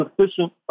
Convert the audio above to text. sufficient